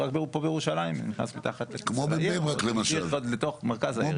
רק פה בירושלים נכנס פה מתחת ומגיע לתוך מרכז העיר.